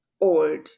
old